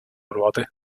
ruote